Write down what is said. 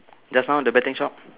just now the betting shop